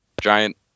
Giant